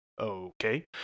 Okay